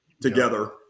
together